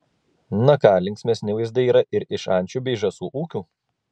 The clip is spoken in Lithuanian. ne ką linksmesni vaizdai yra ir iš ančių bei žąsų ūkių